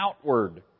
outward